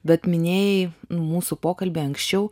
bet minėjai mūsų pokalby anksčiau